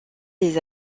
des